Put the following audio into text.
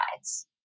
sides